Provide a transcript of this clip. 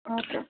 okay okay fine